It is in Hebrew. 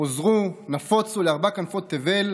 פוזרו, נפוצו לארבע כנפות תבל.